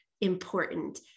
important